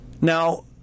Now